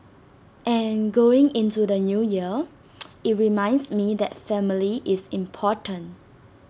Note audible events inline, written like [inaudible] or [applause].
and going into the New Year [noise] IT reminds me that family is important